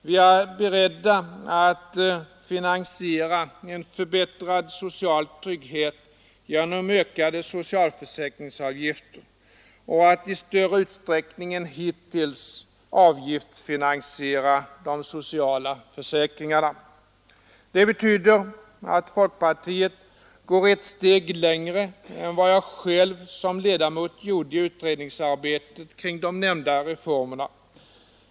Vi är beredda att finansiera en förbättrad social trygghet genom ökade socialförsäkringsavgifter och att i större utsträckning än hittills avgiftsfinansiera de sociala försäkringarna. Det betyder att folkpartiet går ett steg längre än vad jag själv som ledamot gjorde i utredningsarbetet kring de nämnda reformerna.